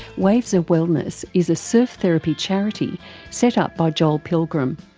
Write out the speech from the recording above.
waves of wellness is a surf therapy charity set up by joel pilgrim.